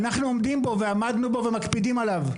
אנחנו עומדים בו ועמדנו בו ומקפידים עליו.